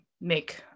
make